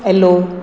yellow